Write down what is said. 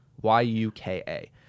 Y-U-K-A